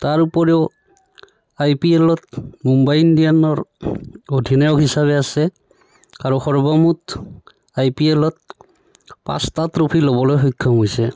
তাৰ উপৰিও I P এলত মুম্বাই ইণ্ডিয়ানৰ অধিনায়ক হিচাপে আছে আৰু সৰ্বমুঠ আই পি এলত পাঁচটা ট্ৰফী ল'বলৈ সক্ষম হৈছে